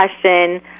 question